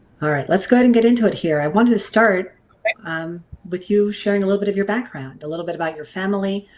all right let's go ahead and get into it here. i wanted to start um with you sharing a little bit of your background. a little bit about your family,